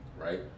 right